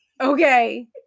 Okay